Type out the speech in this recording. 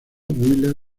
wheeler